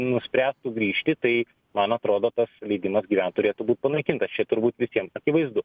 nuspręstų grįžti tai man atrodo tas leidimas gyvent turėtų būt panaikintas čia turbūt visiems akivaizdu